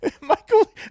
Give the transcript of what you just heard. Michael